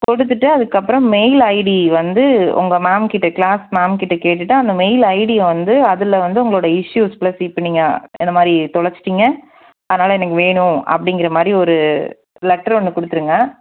கொடுத்துட்டு அதுக்கப்புறம் mail ID வந்து உங்கள் மேம்கிட்ட கிளாஸ் மேம்கிட்ட கேட்டுட்டு அந்த மெயில் ஐடி வந்து அதில் வந்து உங்களோட இஷ்யூஸ் ப்ளஸ் இப்போ நீங்கள் இந்தமாதிரி தொலைச்சிட்டீங்கள் அதனால எனக்கு வேணும் அப்படிங்கிறமாரி ஒரு லெட்ரு ஒன்று கொடுத்துருங்க